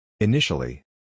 Initially